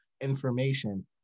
information